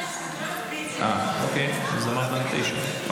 התשפ"ד 2024,